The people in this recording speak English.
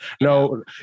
No